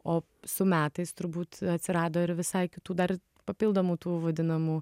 o su metais turbūt atsirado ir visai kitų dar papildomų tų vadinamų